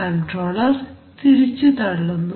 controller തിരിച്ചു തള്ളുന്നു